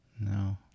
no